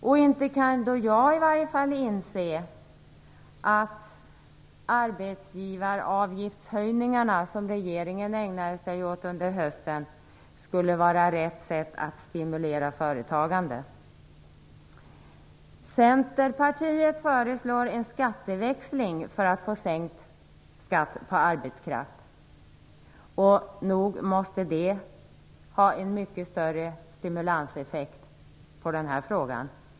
Jag kan i varje fall inte inse att arbetsgivaravgiftshöjningarna, som regeringen ägnade sig åt under hösten, skulle vara rätt sätt att stimulera företagande på. Centerpartiet föreslår en skatteväxling för att man skall få sänkt skatt på arbetskraft. Nog måste det ha en mycket större stimulanseffekt.